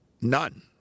None